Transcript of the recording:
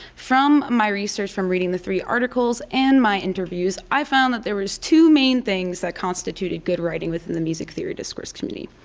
from my research from reading the three articles and my interviews i found that there was two main things that constituted good writing within the music theory discourse community.